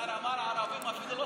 להביע אי-אמון בממשלה לא